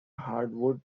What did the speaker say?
hardwood